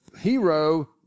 hero